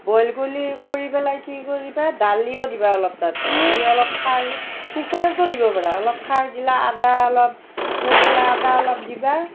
boil কৰিলে কৰি পেলাই কি কৰিবা দালিও দিবা অলপ তাত দি অলপ খাৰ কুকাৰতো দিব পাৰা অলপ খাৰ দিলা আদা অলপ ঠেতেলা আদা অলপ দিবা